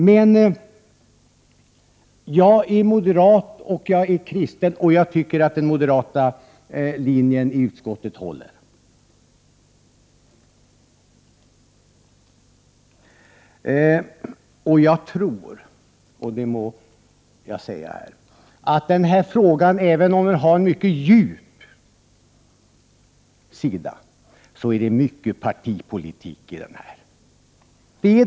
Men jag är moderat och kristen, och jag tycker att den moderata linjen i utskottet håller. Jag tror att även om denna fråga har en mycket djup sida, så ryms det mycket partipolitik i detta.